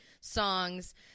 songs